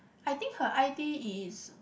I think her I_T is